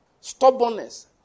Stubbornness